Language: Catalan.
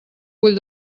vull